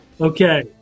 Okay